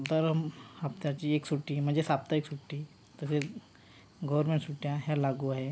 दरम् हप्त्याची एक सुट्टी म्हणजे साप्ताहिक सुट्टी तसेच गवर्नमेंट सुट्ट्या ह्या लागू आहेत